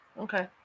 okay